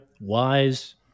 wise